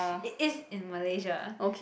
it is in Malaysia